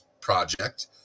project